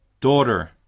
daughter